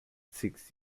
six